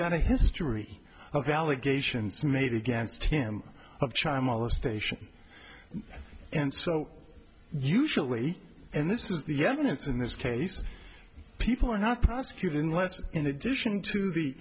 got a history of allegations made against him of child molestation and so usually and this is the evidence in this case people are not prosecuted unless in addition to the